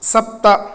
सप्त